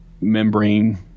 membrane